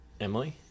Emily